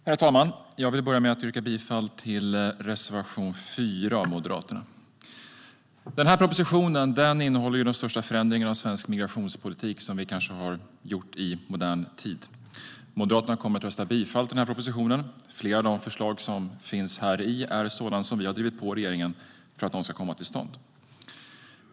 Tillfälliga begräns-ningar av möjligheten att få uppehålls-tillstånd i Sverige Herr talman! Jag vill börja med att yrka bifall till reservation nr 4 av Moderaterna. Den här propositionen innehåller förslag till den kanske största förändringen av svensk migrationspolitik vi har genomfört i modern tid. Moderaterna kommer att rösta bifall till propositionen. Flera av de förslag som finns i den är sådant som vi har drivit på regeringen för att få till stånd.